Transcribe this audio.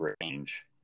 range